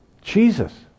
Jesus